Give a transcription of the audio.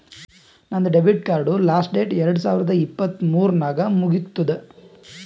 ನಂದ್ ಡೆಬಿಟ್ ಕಾರ್ಡ್ದು last date ಎರಡು ಸಾವಿರದ ಇಪ್ಪತ್ ಮೂರ್ ನಾಗ್ ಮುಗಿತ್ತುದ್